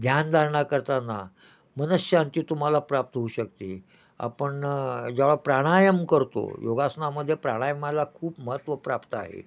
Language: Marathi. ध्यानधारणा करताना मन शांती तुम्हाला प्राप्त होऊ शकते आपण ज्यावेळा प्राणायाम करतो योगासनामध्ये प्राणायामाला खूप महत्त्व प्राप्त आहे